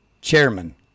chairman